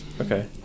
Okay